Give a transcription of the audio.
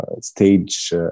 stage